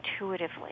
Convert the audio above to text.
intuitively